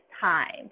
time